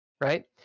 right